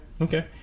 okay